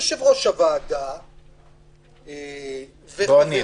יושב-ראש הוועדה והסיעות החרדיות --- לא אני,